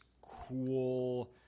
cool